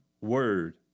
word